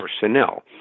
personnel